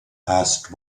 asked